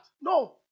No